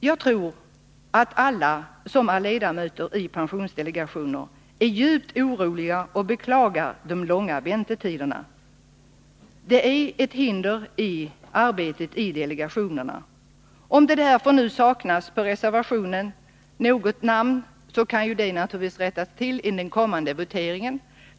Jag tror att alla som är ledamöter i olika pensionsdelegationer är djupt oroliga och beklagar de långa väntetiderna, som är till hinder i delegationernas arbete. Om därför något namn saknas vid reservationen, så går det naturligtvis att rätta till i den kommande voteringen.